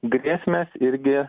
grėsmės irgi